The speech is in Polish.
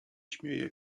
śmieje